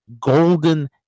golden